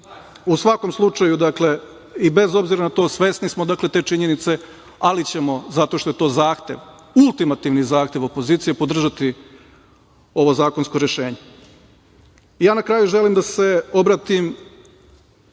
u svakom slučaju i bez obzira na to svesni smo te činjenice, ali ćemo zato što je to zahtev, ultimativni zahtev opozicije podržati ovo zakonsko rešenje. Na kraju želim da se obratim